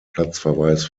platzverweis